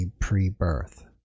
pre-birth